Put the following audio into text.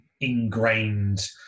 ingrained